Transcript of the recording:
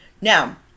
now